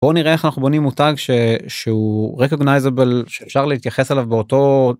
בואו נראה איך אנחנו בונים מותג שהוא רקוגנייזבל שאפשר להתייחס אליו באותו.